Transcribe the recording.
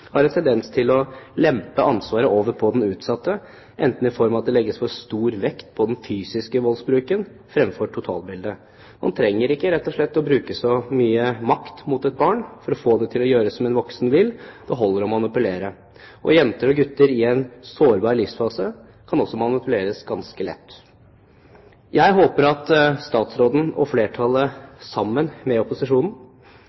at det legges for stor vekt på den fysiske voldsbruken, fremfor på totaltbildet. Man trenger rett og slett ikke å bruke så mye makt mot et barn for å få det til å gjøre som en voksen vil, det holder å manipulere. Jenter og gutter i en sårbar livsfase kan også manipuleres ganske lett. Jeg håper at statsråden og